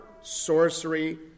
sorcery